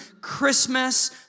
Christmas